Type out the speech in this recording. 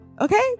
okay